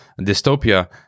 dystopia